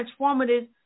transformative